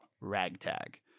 Ragtag